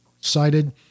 cited